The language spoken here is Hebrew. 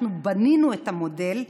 אנחנו בנינו את המודל.